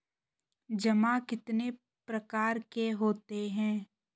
जमा कितने प्रकार के होते हैं?